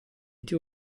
two